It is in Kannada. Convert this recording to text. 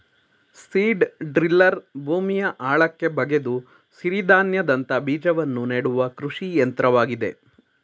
ಸೀಡ್ ಡ್ರಿಲ್ಲರ್ ಭೂಮಿಯ ಆಳಕ್ಕೆ ಬಗೆದು ಸಿರಿಧಾನ್ಯದಂತ ಬೀಜವನ್ನು ನೆಡುವ ಕೃಷಿ ಯಂತ್ರವಾಗಿದೆ